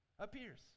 appears